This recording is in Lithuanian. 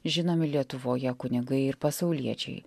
žinomi lietuvoje kunigai ir pasauliečiai